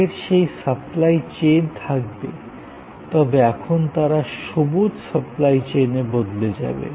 আগের সেই supply chain থাকবে তবে এখন তারা সবুজ সাপ্লাই চেইনে বদলে যাবে